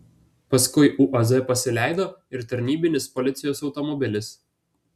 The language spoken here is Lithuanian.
paskui uaz pasileido ir tarnybinis policijos automobilis